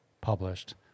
published